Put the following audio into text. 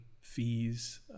fees